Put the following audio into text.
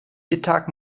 mittag